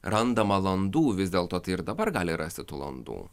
randama landų vis dėlto tai ir dabar gali rasti tų landų